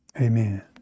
amen